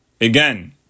again